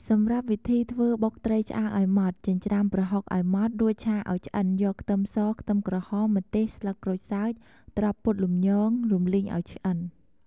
សម្រាប់វីធីធ្ធ្វើបុកត្រីឆ្អើឱ្យម៉ដ្ឋ ចិញ្ច្រាំប្រហុកឱ្យម៉ត់ រួចឆាឱ្យឆ្អិនយកខ្ទឹមស ខ្ទឹមក្រហម ម្ទេស ស្លឹកក្រូចសើច ត្រប់ពុតលំញង រំលីងឱ្យឆ្អិន។